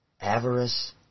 avarice